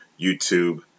YouTube